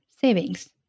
savings